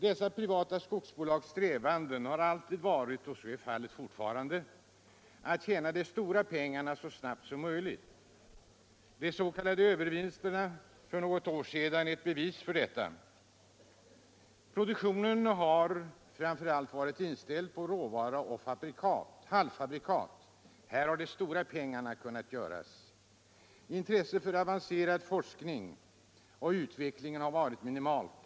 Dessa privata skogsbolags strävan har alltid varit, och så är fallet fortfarande, att tjäna de stora pengarna så snabbt som möjligt. De s.k. övervinsterna för något år sedan är ett bevis för detta. Produktionen har framför allt varit inställd på råvara och halvfabrikat. Här har de stora pengarna kunnat göras. Intresset för avancerad forskning och utveckling har varit minimalt.